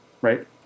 Right